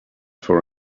for